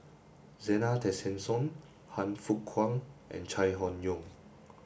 Zena Tessensohn Han Fook Kwang and Chai Hon Yoong